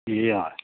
ए हवस्